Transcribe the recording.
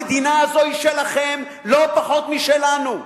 המדינה הזאת היא שלכם לא פחות משלנו,